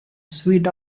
sweet